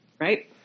Right